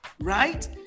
Right